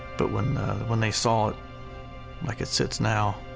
but when when they saw it like it sits now,